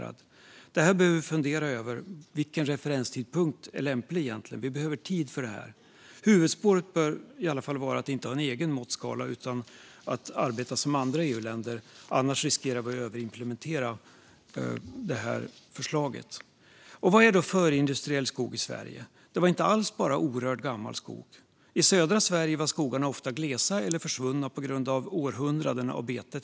Vi behöver tid för att fundera igenom vilken referenstidpunkt som faktiskt är lämplig. Huvudspåret bör i alla fall vara att inte ha en egen måttskala utan att arbeta som andra EU-länder. Annars riskerar vi att överimplementera förslaget. Vad är förindustriell skog i Sverige? Den bestod inte alls bara av gammal orörd skog. I södra Sverige var skogarna ofta glesa eller försvunna på grund av århundraden av bete.